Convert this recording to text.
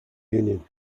union